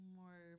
more